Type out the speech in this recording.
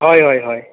हय हय हय